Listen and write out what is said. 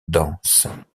denses